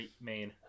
main